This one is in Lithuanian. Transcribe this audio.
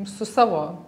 su savo